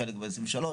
חלק ב-23',